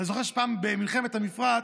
אני זוכר שפעם, במלחמת המפרץ,